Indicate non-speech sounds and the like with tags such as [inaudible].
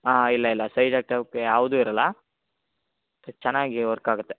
ಹಾಂ ಹಾಂ ಇಲ್ಲ ಇಲ್ಲ ಸೈಡ್ [unintelligible] ಯಾವುದು ಇರಲ್ಲ ಚೆನ್ನಾಗಿ ವರ್ಕ್ ಆಗುತ್ತೆ